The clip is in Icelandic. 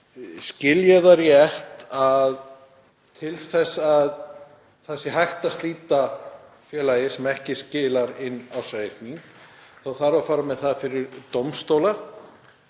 Skil ég það rétt að til þess að hægt sé að slíta félagi sem ekki skilar inn ársreikningi þurfi að fara með það fyrir dómstóla,